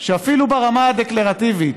אפילו ברמה הדקלרטיבית,